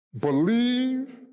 believe